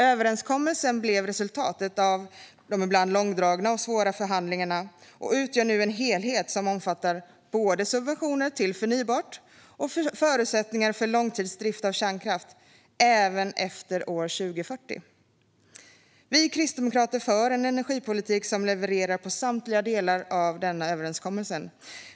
Överenskommelsen blev resultatet av ibland långdragna och svåra förhandlingar och utgör nu en helhet som omfattar både subventioner till förnybart och förutsättningar för långtidsdrift av kärnkraft, även efter år 2040. Vi kristdemokrater för en energipolitik som levererar på samtliga delar av denna överenskommelse.